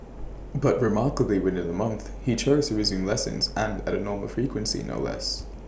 but remarkably within A month he chose to resume lessons and at A normal frequency no less